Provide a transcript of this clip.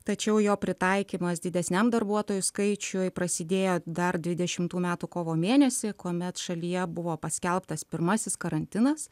tačiau jo pritaikymas didesniam darbuotojų skaičiui prasidėjo dar dvidešimtų metų kovo mėnesį kuomet šalyje buvo paskelbtas pirmasis karantinas